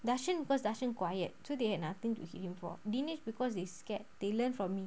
dasson cause dasson quiet so they had nothing to hit him for dinesh because they scared they learn from me